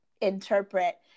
interpret